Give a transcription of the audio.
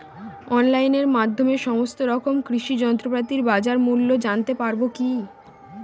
অনলাইনের মাধ্যমে সমস্ত রকম কৃষি যন্ত্রপাতির বাজার মূল্য জানতে পারবো কি?